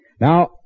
Now